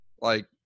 Like-